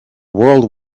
world